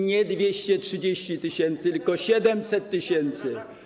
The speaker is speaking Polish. Nie 230 tys., tylko 700 tys.